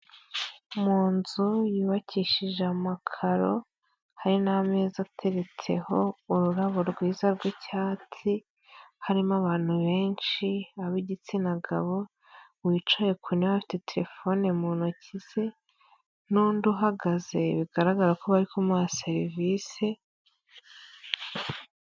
Mu nzu yubakishije amakaro hari n'ameza ateretseho ururabo rwiza rw'icyatsi, harimo abantu benshi ab'igitsina gabo, wicaye ku ntebe bafite terefone mu ntoki ze, n'undi uhagaze bigaragara ko bari kumuha serivisi.